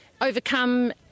overcome